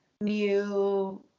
new